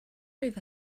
over